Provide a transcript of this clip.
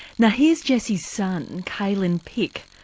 now here's jessie's son, calen pick,